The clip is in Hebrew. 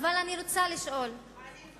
אבל אני רוצה לשאול, ואתם?